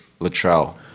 Latrell